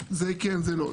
זה כן-זה לא.